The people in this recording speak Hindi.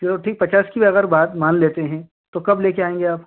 चलो ठीक पचास की भी अगर बात मान लेते हें तो कब ले कर आएंगे आप